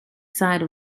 side